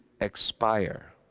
expire